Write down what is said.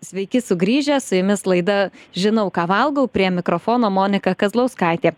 sveiki sugrįžę su jumis laida žinau ką valgau prie mikrofono monika kazlauskaitė